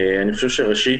ראשית,